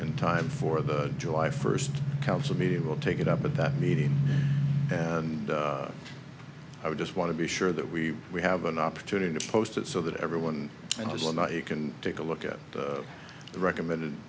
in time for the july first council meeting will take it up at that meeting and i would just want to be sure that we we have an opportunity to post it so that everyone and as of now you can take a look at the recommended